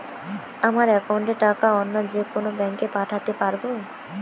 আমার একাউন্টের টাকা অন্য যেকোনো ব্যাঙ্কে পাঠাতে পারব?